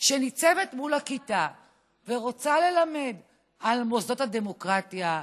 שניצבת היום מול הכיתה ורוצה ללמד על מוסדות הדמוקרטיה,